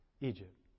Egypt